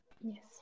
Yes